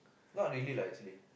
not really lah actually